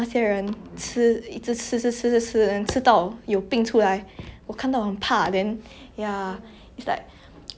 it's like ya I don't I don't want to like reach to the state where I eat until I get like become like a lot of health conditions ah